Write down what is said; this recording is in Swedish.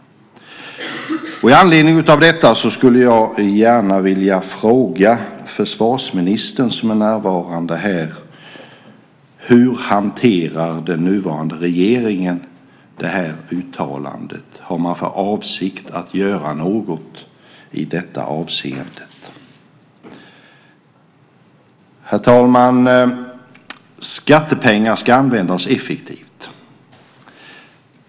Med anledning av detta skulle jag gärna vilja fråga försvarsministern, som är närvarande här i kammaren, hur den nuvarande regeringen hanterar det här uttalandet. Har man för avsikt att göra något i detta avseende? Herr talman! Skattepengar ska användas effektivt.